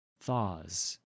thaws